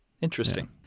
interesting